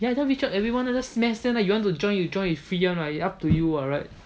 ya just reach out to everyone there just mass send lah like you want to join you join it's free one [what] it's up to you [what] right